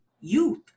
youth